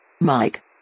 Mike